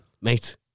mate